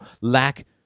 lack